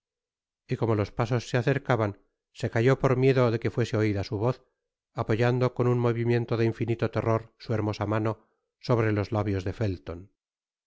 y como los pasos se acercaban se calló por miedo de que fuese oida su voz apoyando con un movimiento de infinito terror su hermosa mano sobre los labios de felton